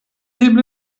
eble